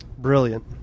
Brilliant